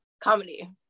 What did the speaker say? Comedy